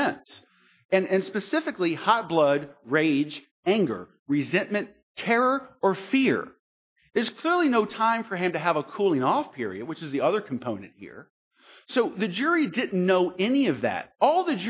fence and specifically hot blood rage anger resentment terror or fear there's clearly no time for him to have a cooling off period which is the other component here so the jury didn't know any of that all the